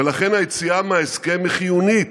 ולכן, היציאה מההסכם היא חיונית,